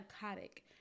psychotic